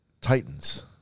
Titans